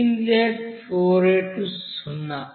inlet flow rate సున్నా